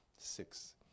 Six